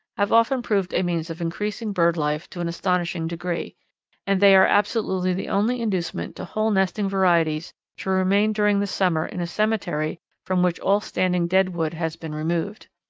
have often proved a means of increasing bird life to an astonishing degree and they are absolutely the only inducement to hole-nesting varieties to remain during the summer in a cemetery from which all standing dead wood has been removed.